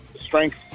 strength